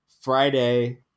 Friday